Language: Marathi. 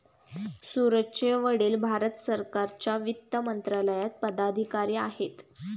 सूरजचे वडील भारत सरकारच्या वित्त मंत्रालयात पदाधिकारी आहेत